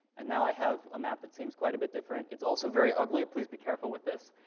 and now i have a map that seems quite a bit different. it's also very ugly. please be careful with this,